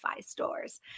stores